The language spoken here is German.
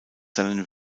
seinen